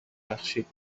بخشید